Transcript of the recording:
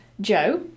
Joe